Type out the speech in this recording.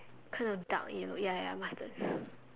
kind of dark yellow ya ya mustard